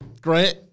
Great